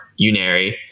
unary